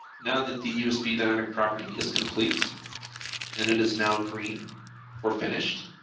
now that the usb dynamic property is complete and it is now green for finished,